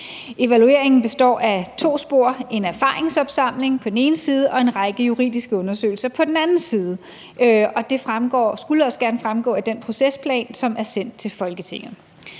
Evalueringen består af to spor – en erfaringsopsamling på den ene side og en række juridiske undersøgelser på den anden side – og det skulle også gerne fremgå af den procesplan, som er sendt til Folketinget.